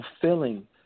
fulfilling